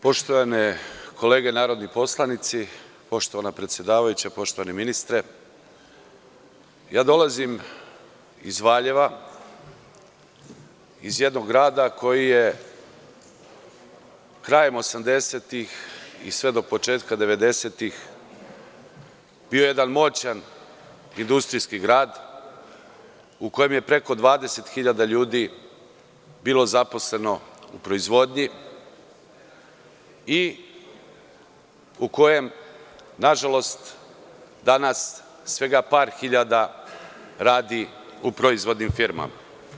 Poštovane kolege narodni poslanici, poštovana predsedavajuća, poštovani ministre, dolazim iz Valjeva iz jednog grada koji je, krajem 80-ih i sve do početka 90-ih, bio jedan moćan industrijski grad u kojem je preko 20.000 ljudi bilo zaposleno u proizvodnji i u kojem, nažalost, danas svega par hiljada radi u proizvodnim firmama.